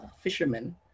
fishermen